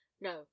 no